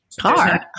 Car